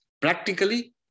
Practically